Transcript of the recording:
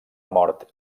mort